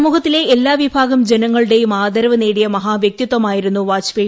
സമൂഹത്തിലെ എല്ലാ വിഭാഗം ജനങ്ങളുടെയും ആദർവ് നേടിയ മഹാവ്യക്തിത്വമായിരുന്നു വാജ്പേയി